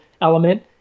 element